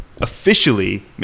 officially